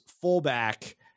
fullback